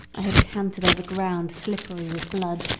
i had cantered over ground slippery with blood,